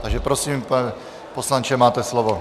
Takže prosím, pane poslanče, máte slovo.